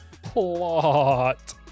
Plot